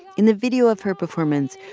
in the video of her performance,